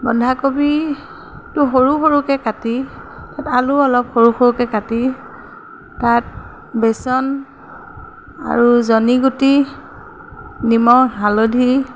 বন্ধাকবিটো সৰু সৰুকৈ কাটি তাত আলু অলপ সৰু সৰুকৈ কাটি তাত বেচন আৰু জনি গুটি নিমখ হালধি